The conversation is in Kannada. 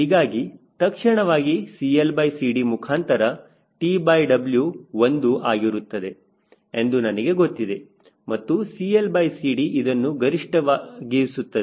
ಹೀಗಾಗಿ ತಕ್ಷಣವಾಗಿ CLCD ಮುಖಾಂತರ TW 1 ಆಗಿರುತ್ತದೆ ಎಂದು ನನಗೆ ಗೊತ್ತಿದೆ ಮತ್ತು CLCD ಇದನ್ನು ಗರಿಷ್ಠವಾಗಿ ಸುತ್ತದೆ